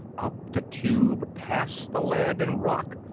up the tube past the lead and rock,